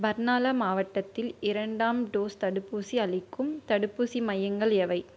பர்னாலா மாவட்டத்தில் இரண்டாம் டோஸ் தடுப்பூசி அளிக்கும் தடுப்பூசி மையங்கள் எவை